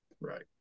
Right